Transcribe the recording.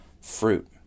fruit